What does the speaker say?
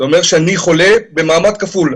זה אומר שאני חולה במעמד כפול.